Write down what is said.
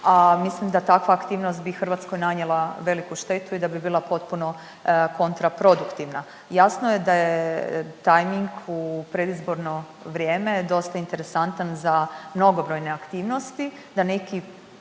mislim da takva aktivnost bi Hrvatskoj nanijela veliku štetu i da bi bila potpuno kontraproduktivna. Jasno je da je tajmin u predizborno vrijeme dosta interesantan za mnogobrojne aktivnosti da neki